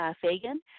Fagan